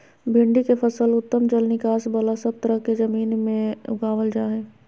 भिंडी के फसल उत्तम जल निकास बला सब तरह के जमीन में उगावल जा हई